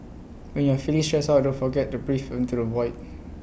when you are feeling stressed out don't forget to breathe into the void